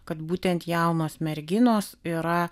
kad būtent jaunos merginos yra